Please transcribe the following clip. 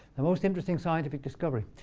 the most interesting scientific discovery?